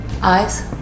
Eyes